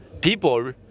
people